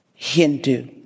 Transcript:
Hindu